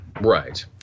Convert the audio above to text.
Right